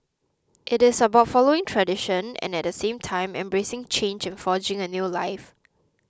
it is about following tradition and at the same time embracing change and forging a new life